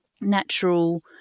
natural